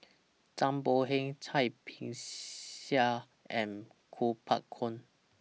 Zhang Bohe Cai Bixia and Kuo Pao Kun